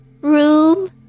Room